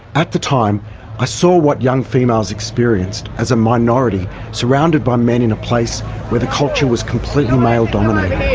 at the time i ah saw what young females experienced as a minority surrounded by men in a place where the culture was completely male dominated.